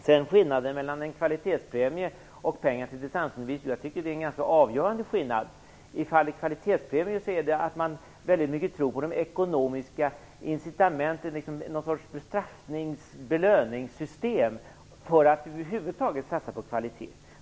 När det gäller kvalitetspremie och pengar till distansundervisning tycker jag det är en avgörande skillnad. I fallet kvalitetspremie handlar det väldigt mycket om att man tror på de ekonomiska incitamenten, ett slags bestraffnings-belöningssystem, för att det över huvud taget skall satsas på kvalitet.